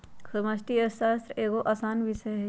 समष्टि अर्थशास्त्र एगो असान विषय हइ